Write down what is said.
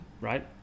right